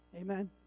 Amen